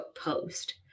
post